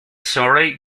surrey